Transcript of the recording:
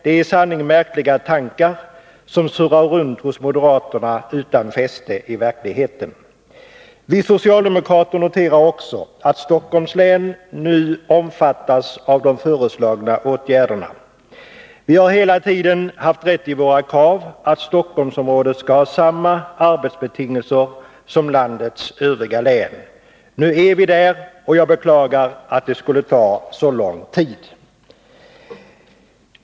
Det är i sanning märkliga tankar som surrar runt hos moderaterna utan fäste i verkligheten. Vi socialdemokrater noterar vidare att Stockholms län nu omfattas av de föreslagna åtgärderna. Våra krav, att Stockholmsområdet skall ha samma arbetsbetingelser som landets övriga län, har hela tiden varit berättigade. Nu är vi där. Jag beklagar att det skulle ta så lång tid.